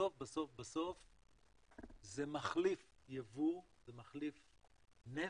בסוף בסוף בסוף זה מחליף יבוא, זה מחליף נפט,